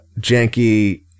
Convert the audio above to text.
janky